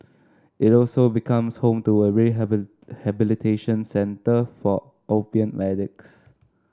it also becomes home to a centre for opium addicts